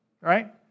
right